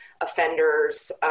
offenders